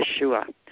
Yeshua